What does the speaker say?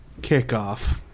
kickoff